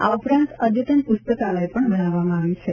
આ ઉપરાંત અઘતન પુસ્તકાલય પણ બનાવવામાં આવ્યું છે